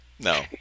no